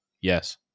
yes